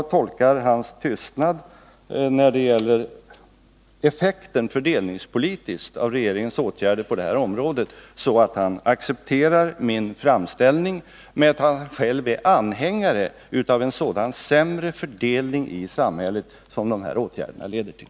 Hans tystnad när det gäller den fördelningspolitiska effekten av regeringens åtgärder på detta område tolkar jag så att han accepterar min framställning men att han själv är anhängare av en sådan sämre fördelning i samhället som dessa åtgärder leder till.